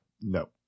No